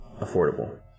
affordable